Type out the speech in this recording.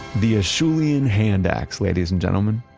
the ah acheulean hand axe, ladies and gentlemen.